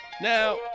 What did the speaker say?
now